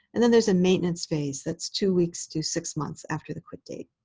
and then there's a maintenance phase that's two weeks to six months after the quit date.